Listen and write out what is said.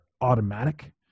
automatic